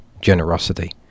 generosity